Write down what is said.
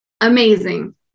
Amazing